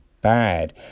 bad